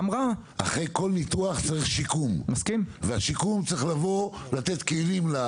אחרי כל ניתוח צריך שיקום, והשיקום צריך לתת כלים.